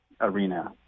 arena